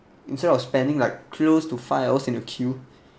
instead of spending like close to five hours in the queue